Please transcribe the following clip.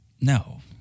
No